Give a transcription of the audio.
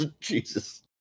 Jesus